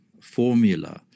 formula